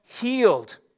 healed